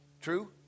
True